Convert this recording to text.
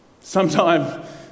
sometime